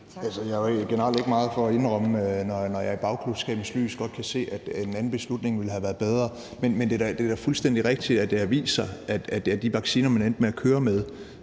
Jeg er jo generelt ikke meget for at indrømme, når jeg i bagklogskabens lys godt kan se, at en anden beslutning ville have været bedre. Men det er da fuldstændig rigtigt, at det har vist sig, at de vacciner, man endte med at køre med,